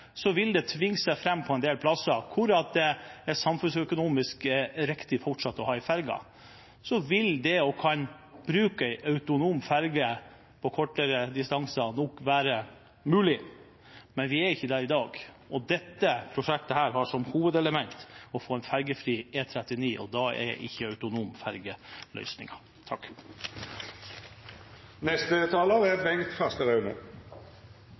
det tvinge seg fram en del steder. Der det er samfunnsøkonomisk riktig fortsatt å ha en ferje, vil det å kunne bruke en autonom ferje på kortere distanser nok være mulig. Men vi er ikke der i dag. Dette prosjektet har som hovedelement å få en ferjefri E39, og da er ikke autonome ferjer løsningen. SV er